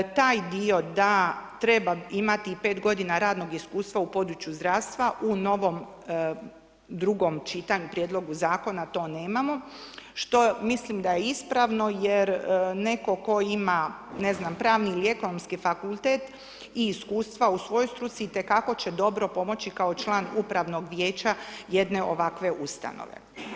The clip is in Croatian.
Taj dio da treba imati 5 godina radnog iskustva u području zdravstva u novom drugom čitanju prijedlogu zakona to nemamo, što mislim da je ispravno jer netko tko ima pravni ili ekonomski fakultet i iskustva u svojoj struci itekako će dobro pomoći kao član upravnog vijeća jedne ovakve ustanove.